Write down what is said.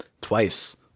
twice